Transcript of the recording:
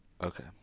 Okay